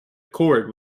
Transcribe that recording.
chord